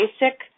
basic